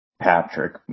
Patrick